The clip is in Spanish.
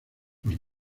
los